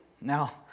Now